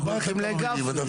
לדעתי לא